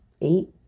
eight